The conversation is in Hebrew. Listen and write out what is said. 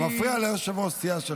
אתה מפריע ליושב-ראש הסיעה שלך.